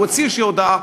הוא הוציא איזו הודעה,